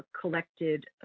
collected